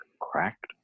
cracked